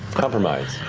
compromise.